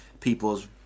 people's